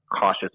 cautious